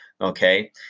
okay